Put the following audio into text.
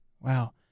Wow